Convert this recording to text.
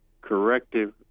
corrective